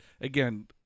again